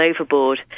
overboard